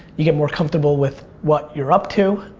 you get more comfortable with what you're up to.